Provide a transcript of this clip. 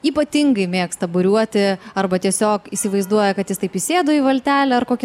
ypatingai mėgsta buriuoti arba tiesiog įsivaizduoja kad jis taip įsėdo į valtelę ar kokį